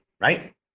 right